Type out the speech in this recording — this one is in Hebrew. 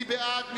מי בעד?